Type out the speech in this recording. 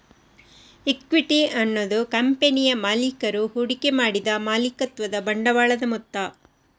equity ಅನ್ನುದು ಕಂಪನಿಯ ಮಾಲೀಕರು ಹೂಡಿಕೆ ಮಾಡಿದ ಮಾಲೀಕತ್ವದ ಬಂಡವಾಳದ ಮೊತ್ತ